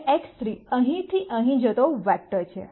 હવે X3 અહીંથી અહીં જતો વેક્ટર છે